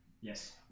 Yes